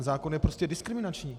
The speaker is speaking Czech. Zákon je prostě diskriminační.